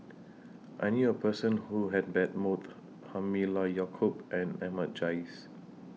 I knew A Person Who had bet Both Halimah Yacob and Ahmad Jais